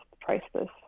priceless